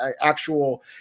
actual